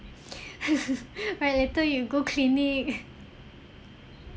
right later you go clinic